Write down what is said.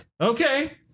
Okay